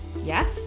Yes